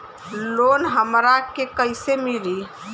Loan हमरा के कईसे मिली?